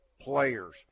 players